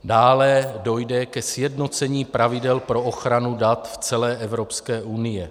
Dále dojde ke sjednocení pravidel pro ochranu dat v celé Evropské unii.